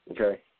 Okay